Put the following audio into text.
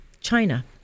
China